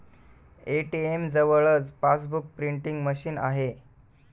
ATM जवळच passbook printing machine आहे